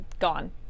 gone